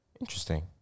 Interesting